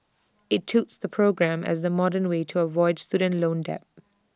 IT touts the program as the modern way to avoid student loan debt